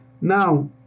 now